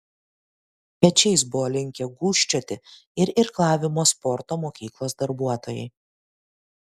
pečiais buvo linkę gūžčioti ir irklavimo sporto mokyklos darbuotojai